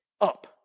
up